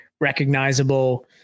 recognizable